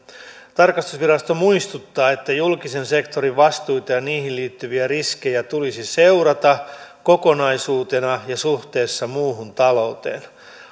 tarkastusvirasto muistuttaa että julkisen sektorin vastuita ja niihin liittyviä riskejä tulisi seurata kokonaisuutena ja suhteessa muuhun talouteen